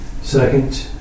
Second